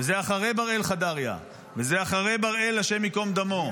וזה אחרי בראל חדריה, אחרי בראל, השם ייקום דמו,